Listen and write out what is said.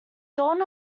dawn